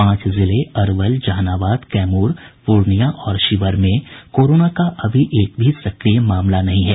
पांच जिले अरवल जहानाबाद कैमूर पूर्णिया और शिवहर में कोरोना का अभी एक भी सक्रिय मामला नहीं है